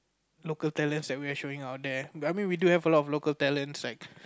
local talents that we are showing out there I mean we do have a lot of local talents like